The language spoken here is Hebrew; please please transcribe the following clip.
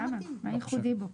מה ייחודי בו?